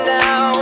now